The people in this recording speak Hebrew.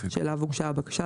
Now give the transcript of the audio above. שאליו הוגשה הבקשה,